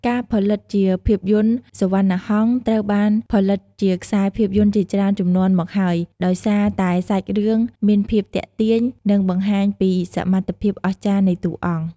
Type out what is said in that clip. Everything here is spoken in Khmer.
ការផលិតជាភាពយន្ត "សុវណ្ណាហង្ស" ត្រូវបានផលិតជាខ្សែភាពយន្តជាច្រើនជំនាន់មកហើយ ដោយសារតែសាច់រឿងមានភាពទាក់ទាញ និងបង្ហាញពីសមត្ថភាពអស្ចារ្យនៃតួអង្គ។